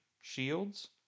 shields